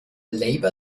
labor